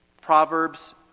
Proverbs